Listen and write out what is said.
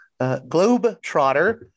Globetrotter